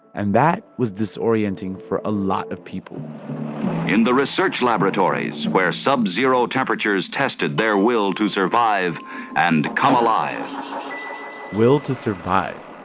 and that was disorienting for a lot of people in the research laboratories where subzero temperatures tested their will to survive and come alive will to survive,